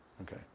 okay